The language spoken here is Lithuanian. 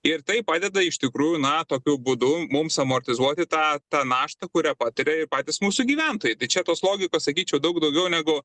ir tai padeda iš tikrųjų na tokiu būdu mums amortizuoti tą tą naštą kurią pataria ir patys mūsų gyventojai tai čia tos logikos sakyčiau daug daugiau negu